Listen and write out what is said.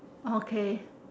okay